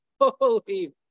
holy